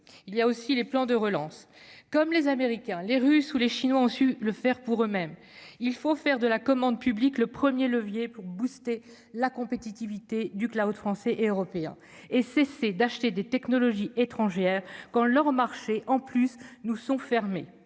il y a aussi les plans de relance, comme les Américains, les Russes ou les Chinois ont su le faire pour eux-mêmes, il faut faire de la commande publique le 1er levier pour boosté la compétitivité du Cloud français et européen et cesser d'acheter des technologies étrangères, quand leur marché en plus nous sont fermés